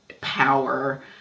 power